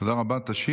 תודה רבה.